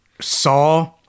saw